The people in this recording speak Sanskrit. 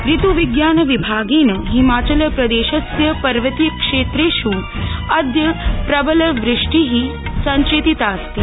ऋत्विज्ञानविभागेन हिमाचलप्रदेशस्य पर्वतीय क्षेत्रेष् अद्य प्रबलवृष्टि सञ्चेतितास्ति